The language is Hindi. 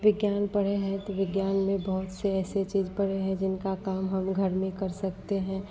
विज्ञान पढ़े हैं तो विज्ञान में बहुत से ऐसी चीज़ पढ़े हैं जिनका काम हम घर में कर सकते हैं